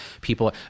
people